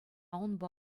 унпа